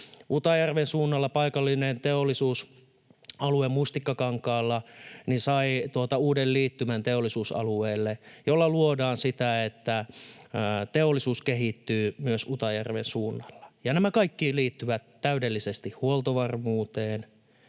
Utajärven suunnalla paikallinen Mustikkakankaan teollisuusalue sai uuden liittymän teollisuusalueelle, millä luodaan sitä, että teollisuus kehittyy myös Utajärven suunnalla. Nämä kaikki liittyvät täydellisesti huoltovarmuuteen.